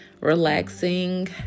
relaxing